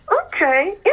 okay